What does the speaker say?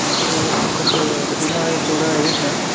पण ते आताच ते पूर्ण तेवढं येत नाही